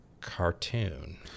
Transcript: cartoon